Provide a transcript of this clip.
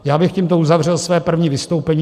Já bych tímto uzavřel své první vystoupení.